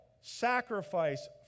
sacrifice